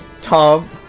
Tom